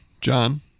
John